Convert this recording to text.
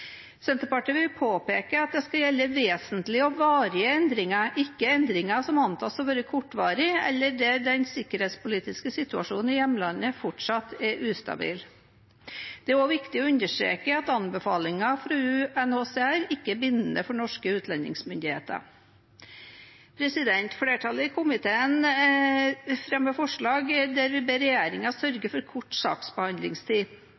Senterpartiet vil påpeke at det skal gjelde vesentlige og varige endringer, ikke endringer som antas å være kortvarige, eller der den sikkerhetspolitiske situasjonen i hjemlandet fortsatt er ustabil. Det er også viktig å understreke at anbefalinger fra UNHCR ikke er bindende for norske utlendingsmyndigheter. Flertallet i komiteen fremmer forslag der vi ber